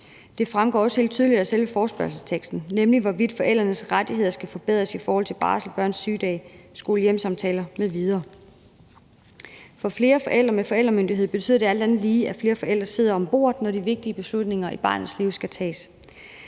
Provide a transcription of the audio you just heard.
Det fremgår også helt tydeligt af selve forespørgselsteksten, nemlig hvorvidt forældrenes rettigheder skal forbedres i forhold til barsel, børns sygedage, skole-hjem-samtaler m.v. For flere forældre med forældremyndighed betyder alt andet lige, at flere forældre sidder omkring bordet, når de vigtige beslutninger i barnets liv skal tages.